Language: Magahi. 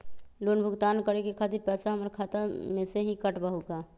लोन भुगतान करे के खातिर पैसा हमर खाता में से ही काटबहु का?